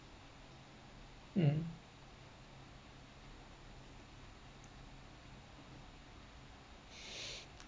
um